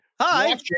hi